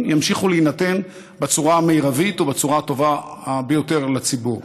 ימשיכו להינתן בצורה המרבית ובצורה הטובה ביותר לציבור.